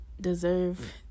deserve